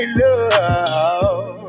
love